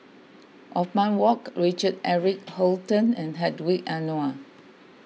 Othman Wok Richard Eric Holttum and Hedwig Anuar